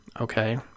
okay